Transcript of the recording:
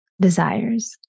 desires